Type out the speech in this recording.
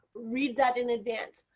read that in advance.